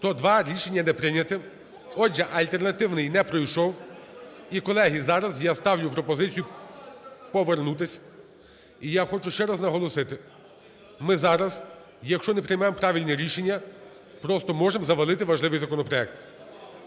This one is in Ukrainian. За-102 Рішення не прийнято. Отже, альтернативний не пройшов. І, колеги, зараз я ставлю пропозицію повернутися. І я хочу ще раз наголосити: ми зараз, якщо не приймемо правильне рішення, просто можемо завалити важливий законопроект.